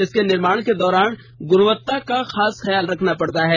इसके निर्माण के दौरान गुणवत्ता का खास ख्याल रखना पड़ता है